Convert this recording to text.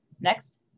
Next